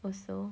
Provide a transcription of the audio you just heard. also